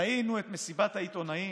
ראינו את מסיבת העיתונאים,